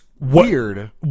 Weird